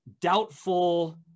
doubtful